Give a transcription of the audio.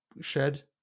shed